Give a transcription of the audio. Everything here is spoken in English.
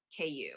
KU